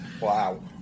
Wow